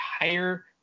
entire